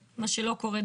מה שלא קורה,